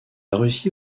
russie